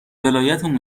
ولایتمون